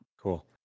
Cool